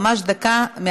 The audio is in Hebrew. ממש דקה,